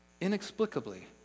inexplicably